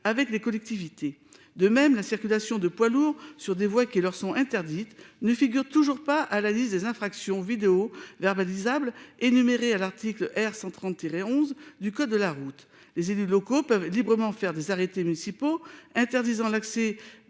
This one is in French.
avec les collectivités. De même la circulation de poids lourds sur des voies qui leur sont interdites, ne figure toujours pas à la liste des infractions vidéo verbalisable énumérés à l'article R. 130 11 du code de la route. Les élus locaux peuvent librement faire des arrêtés municipaux interdisant l'accès